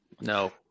No